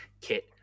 kit